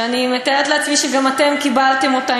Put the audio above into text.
שאני מתארת לעצמי שגם אתם קיבלתם אותה,